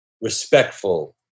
respectful